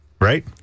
right